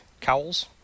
cowls